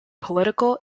political